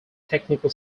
technical